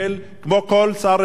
כמו כל שר רווחה,